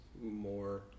more